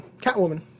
Catwoman